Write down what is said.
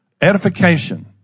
Edification